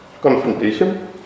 confrontation